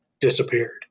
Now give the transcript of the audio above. disappeared